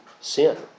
sin